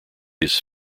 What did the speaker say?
his